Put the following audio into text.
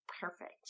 perfect